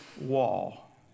wall